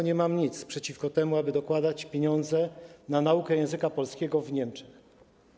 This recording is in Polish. Nie mam nic przeciwko temu, aby dokładać pieniądze na naukę języka polskiego w Niemczech.